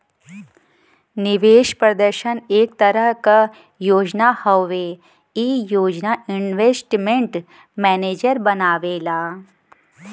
निवेश प्रदर्शन एक तरह क योजना हउवे ई योजना इन्वेस्टमेंट मैनेजर बनावेला